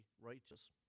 righteous